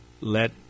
let